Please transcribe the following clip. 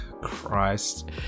Christ